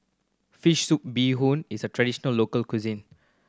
fish soup bee hoon is a traditional local cuisine